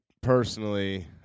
personally